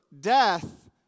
death